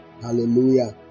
Hallelujah